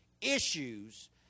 issues